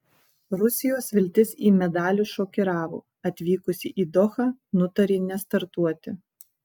rusijos viltis į medalius šokiravo atvykusi į dohą nutarė nestartuoti